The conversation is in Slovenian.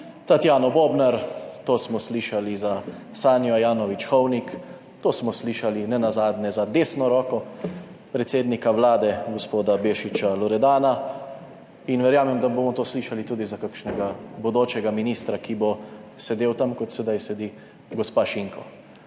Tatjano Bobnar, to smo slišali za Sanjo Ajanović Hovnik, to smo slišali nenazadnje za desno roko predsednika Vlade g. Bešiča Loredana in verjamem, da bomo to slišali tudi za kakšnega bodočega ministra, ki bo sedel tam kot sedaj sedi gospa Šinko.